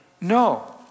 No